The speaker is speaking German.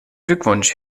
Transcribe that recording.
glückwunsch